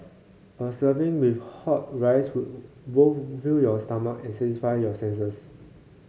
a serving with hot rice would both fill your stomach and satisfy your senses